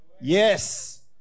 Yes